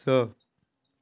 स